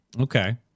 Okay